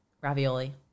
Ravioli